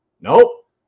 Nope